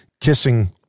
kissing